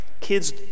Kids